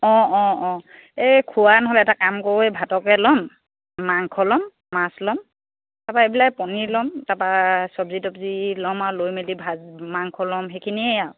অঁ অঁ অঁ এই খোৱা নহ'লে এটা কাম কৰো এই ভাতকে ল'ম মাংস ল'ম মাছ ল'ম তাৰপৰা এইবিলাক পনীৰ ল'ম তাৰপৰা চব্জি তব্জি ল'ম আৰু লৈ মেলি ভাত মাংস ল'ম সেইখিনিয়েই আৰু